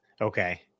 Okay